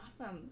Awesome